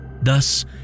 Thus